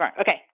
Okay